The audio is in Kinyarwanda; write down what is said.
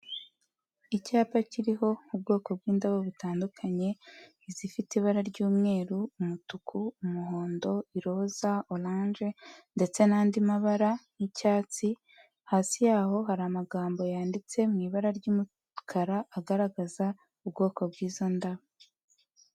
Icyapa kiriho ubwoko bw'indabo butandukanye: izifite ibara ry'umweru, umutuku, umuhondo, iroza, oranje ndetse n'andi mabara nk'icyatsi, hasi yaho hari amagambo yanditse mu ibara ry'umukara agaragaza ubwoko bw'izo ndabo.